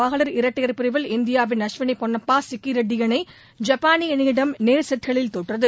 மகளிர் இரட்டையர் பிரிவில் இந்தியாவின் அஸ்வினி பொன்னப்பா சிக்கி ரெட்டி இணை ஐப்பானிய இணையிடம் நேர் செட்களில் தோற்றது